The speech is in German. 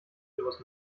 virus